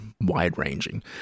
wide-ranging